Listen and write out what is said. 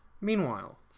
Meanwhile